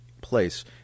place